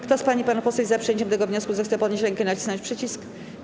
Kto z pań i panów posłów jest za przyjęciem tego wniosku, zechce podnieść rękę i nacisnąć przycisk.